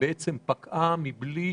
ובעצם פקעה מבלי,